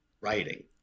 writing